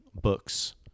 books